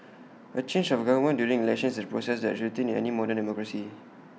A change of government during elections is A process that's routine in any modern democracy